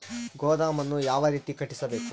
ಗೋದಾಮನ್ನು ಯಾವ ರೇತಿ ಕಟ್ಟಿಸಬೇಕು?